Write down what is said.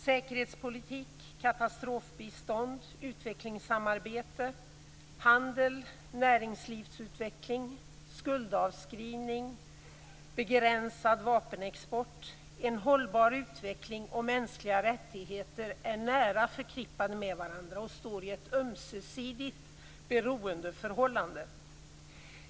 Säkerhetspolitik, katastrofbistånd, utvecklingssamarbete, handel, näringslivsutveckling, skuldavskrivning, begränsad vapenexport, en hållbar utveckling och mänskliga rättigheter är nära förknippade med varandra och står i ett ömsesidigt beroendeförhållande.